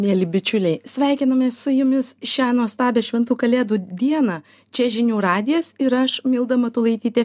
mieli bičiuliai sveikinamės su jumis šią nuostabią šventų kalėdų dieną čia žinių radijas ir aš milda matulaitytė